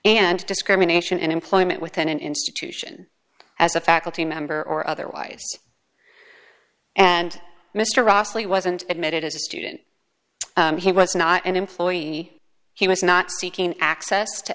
and discrimination in employment within an institution as a faculty member or otherwise and mr rossley wasn't admitted as a student he was not an employee he was not seeking access to